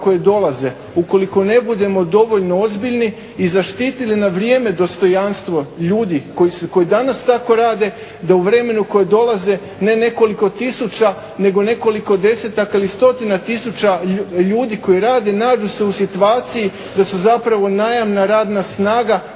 koje dolaze ukoliko ne budemo dovoljno ozbiljni i zaštitili na vrijeme dostojanstvo ljudi koji danas tako rade da u vremenu u kojem dolaze ne nekoliko tisuća nego nekoliko desetaka ili stotina tisuća ljudi koji rade nađu se u situaciji da su zapravo najamna radna snaga